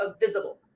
visible